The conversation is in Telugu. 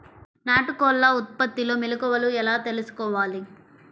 నాటుకోళ్ల ఉత్పత్తిలో మెలుకువలు ఎలా తెలుసుకోవాలి?